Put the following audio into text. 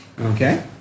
Okay